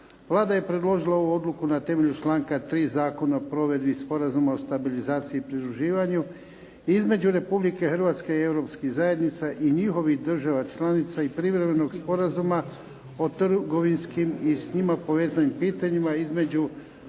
Vlada je predložila ovu odluku na temelju članka 3. Zakona o provedbi Sporazuma o stabilizaciji i pridruživanju između Republike Hrvatske i europskih zajednica i njihovih država članica i privremenog Sporazuma o trgovinskim i s njima povezanim pitanjima između